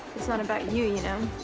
it's not about you, you know.